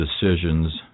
decisions